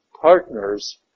partners